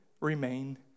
remain